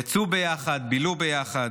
יצאו ביחד, בילו ביחד.